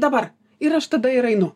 dabar ir aš tada ir einu